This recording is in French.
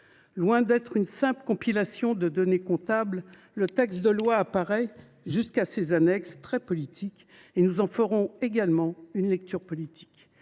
Loin d’être une simple compilation de données comptables, le projet de loi apparaît, jusqu’à ses annexes, très politique. Nous en ferons donc également une lecture politique.